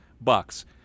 bucks